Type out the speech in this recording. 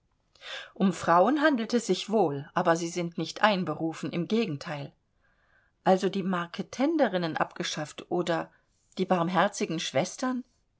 um frauen handelt es sich wohl aber sie sind nicht einberufen im gegenteil also die marketenderinnen abgeschafft oder die barmherzigen schwestern